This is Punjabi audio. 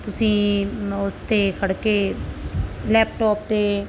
ਤੁਸੀਂ ਉਸ 'ਤੇ ਖੜ੍ਹਕੇ ਲੈਪਟੋਪ 'ਤੇ